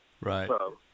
Right